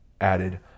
added